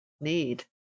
need